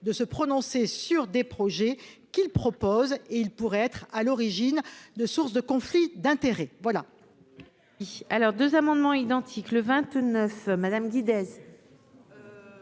de se prononcer sur des projets qu'il propose et il pourrait être à l'origine de sources de conflit d'intérêts